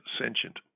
sentient